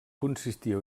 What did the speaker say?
consistia